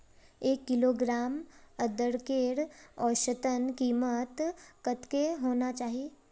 एक किलोग्राम अदरकेर औसतन कीमत कतेक होना चही?